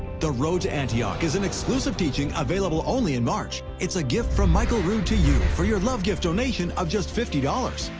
the road to antioch is an exclusive teaching available only in march. it's a gift from michael rood to you for your love gift donation of just fifty dollars.